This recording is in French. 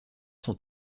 sont